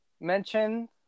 mention